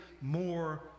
more